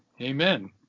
Amen